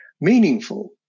meaningful